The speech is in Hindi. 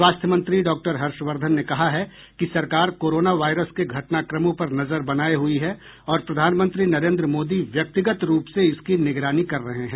स्वास्थ्य मंत्री डॉक्टर हर्षवर्द्वन ने कहा है कि सरकार कोरोनो वायरस के घटनाक्रमों पर नजर बनाये हयी है और प्रधानमंत्री नरेंद्र मोदी व्यक्तिगत रूप से इसकी निगरानी कर रहे हैं